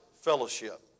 fellowship